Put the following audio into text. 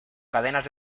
cadenas